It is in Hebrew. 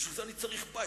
ובשביל זה אני צריך בית.